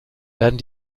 werden